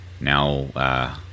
Now